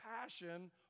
passion